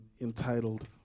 entitled